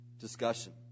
discussion